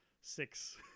six